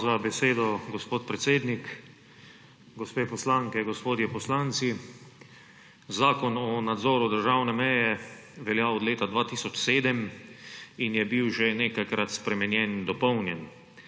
Hvala za besedo, gospod predsednik. Gospe poslanke, gospodje poslanci! Zakon o nadzoru državne meje velja od leta 2007 in je bil že nekajkrat spremenjen in dopolnjen.